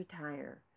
retire